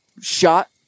Shot